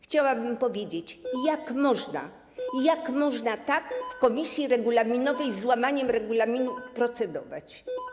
Chciałabym powiedzieć: Jak można, jak można tak w komisji regulaminowej z łamaniem regulaminu procedować?